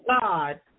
God